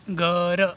घर